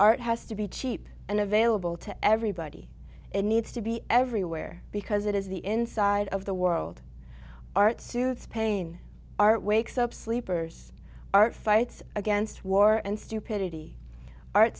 has to be cheap and available to everybody it needs to be everywhere because it is the inside of the world art suits pain art wakes up sleepers art fights against war and stupidity art